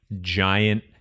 giant